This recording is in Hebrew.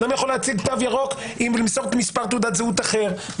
אדם יכול להציג תו ירוק אם ימסור מספר תעודת זהות אחר,